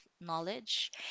knowledge